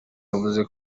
yavuze